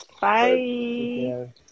bye